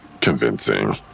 convincing